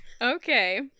okay